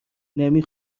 نمی